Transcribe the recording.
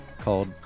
called